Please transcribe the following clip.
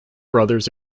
brothers